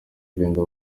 agahinda